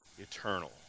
eternal